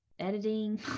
editing